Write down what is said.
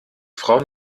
frau